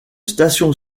station